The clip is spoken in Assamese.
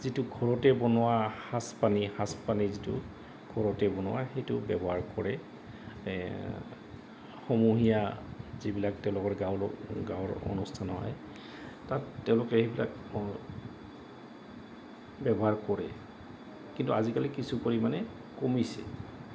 যিটো ঘৰতে বনোৱা সাজ পানী সাজ পানী যিটো ঘৰতে বনোৱা সেইটো ব্যৱহাৰ কৰে সমূহীয়া যিবিলাক তেওঁলোকৰ গাঁৱলৈ গাঁৱৰ অনুষ্ঠান হয় তাত তেওঁলোকে সেইবিলাক ব্যৱহাৰ কৰে কিন্তু আজিকালি কিছু পৰিমাণে কমিছে